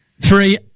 Three